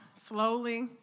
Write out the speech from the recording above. slowly